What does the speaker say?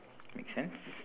makes sense